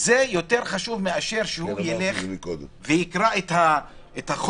זה יותר חשוב מאשר שיקרא את החומר,